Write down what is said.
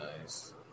nice